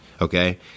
okay